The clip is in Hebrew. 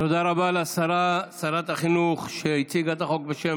תודה רבה לשרת החינוך, שהציגה את החוק בשם